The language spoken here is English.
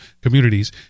Communities –